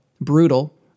brutal